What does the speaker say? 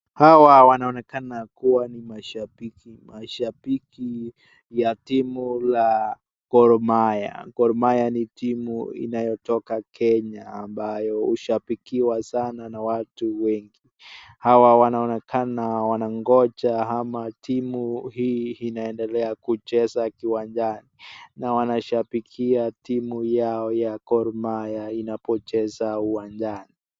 Hawa wanaonekana kuwa ni mashabiki, mashabiki ya timu la Gor Mahia. Gor Mahia ni timu inayotoka Kenya, ambayo hushabikiwa sana na watu wengi. Hawa wanaonekana wanangoja ama timu hii inaendelea kucheza kiwanjani na wanashabikia timu yao ya Gor Mahia inapocheza uwanjani.